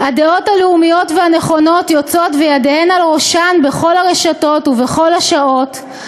"הדעות הלאומיות והנכונות יוצאות וידיהן על ראשן בכל הרשתות ובכל השעות.